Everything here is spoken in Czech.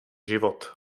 život